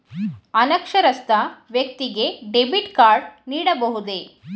ಅನಕ್ಷರಸ್ಥ ವ್ಯಕ್ತಿಗೆ debit card ನೀಡಬಹುದೇ?